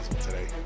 today